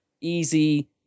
easy